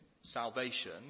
salvation